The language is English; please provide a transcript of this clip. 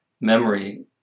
memory